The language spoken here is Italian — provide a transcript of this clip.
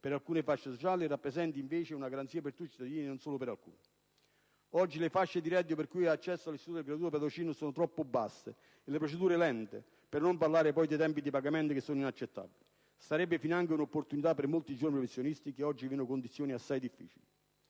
per alcune fasce sociali e rappresenti, invece, una garanzia per tutti i cittadini e non solo per alcuni. Oggi le fasce di reddito per cui si ha accesso all'istituto del gratuito patrocinio sono troppo basse e le procedure lente, per non parlare poi dei tempi di pagamento, che sono inaccettabili. Sarebbe finanche un'opportunità per molti giovani professionisti, che oggi vivono condizioni assai difficili.